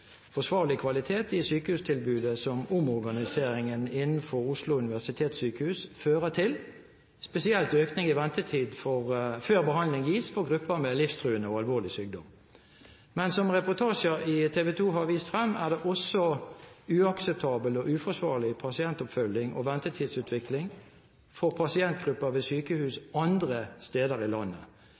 forsvarlig kvalitet i sykehustilbudet som omorganisering innenfor Oslo universitetssykehus fører til, spesielt økning i ventetid før behandling gis for grupper med livstruende og alvorlig sykdom. Men som reportasjer i TV 2 har vist frem, er det også uakseptabel og uforsvarlig pasientoppfølging og ventetidsutvikling for pasientgrupper ved sykehus andre steder i landet.